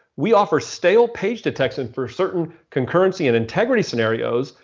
we offer stale page detection for certain concurrency and integrity scenarios,